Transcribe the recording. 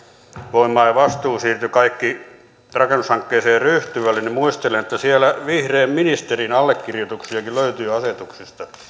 voimaan ja kaikki vastuu siirtyi rakennushankkeeseen ryhtyvälle niin muistelen että siellä vihreän ministerin allekirjoituksiakin löytyi asetuksista